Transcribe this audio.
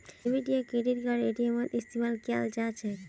debit या credit card एटीएमत इस्तेमाल कियाल जा छ